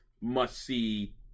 must-see